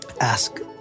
ask